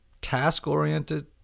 task-oriented